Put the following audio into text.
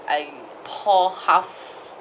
I pour half